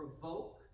provoke